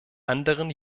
anderen